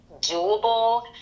doable